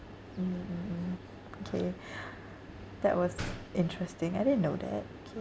mm mm mm okay that was interesting I didn't know that okay